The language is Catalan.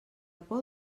por